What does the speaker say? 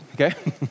okay